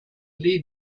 lead